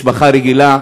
משפחה רגילה,